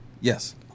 yes